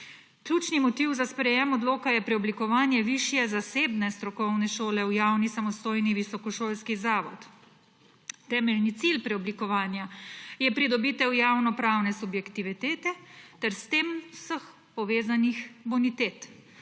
Ključni motiv za sprejetje odloka je preoblikovanje višje zasebne strokovne šole v javni samostojni visokošolski zavod. Temeljni cilj preoblikovanja je pridobitev javnopravne subjektivitete ter s tem vseh povezanih bonitet,